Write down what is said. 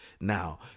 Now